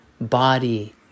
Body